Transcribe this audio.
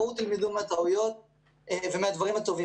בואו תלמדו מהטעויות ומהדברים הטובים,